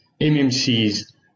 MMCs